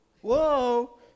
Whoa